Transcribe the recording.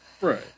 Right